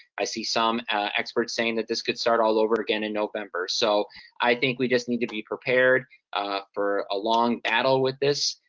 i see some experts saying that this could start all over again in november, so i think we just need to be prepared for a long battle with this,